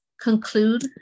conclude